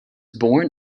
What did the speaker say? born